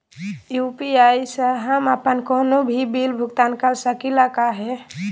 UPI स हम अप्पन कोनो भी बिल भुगतान कर सकली का हे?